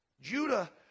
Judah